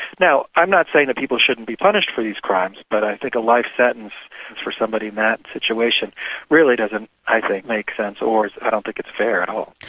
now i'm not saying that people shouldn't be punished for these crimes but i think a life sentence for somebody in that situation really doesn't, i think, make sense or is, i don't think it's fair at all.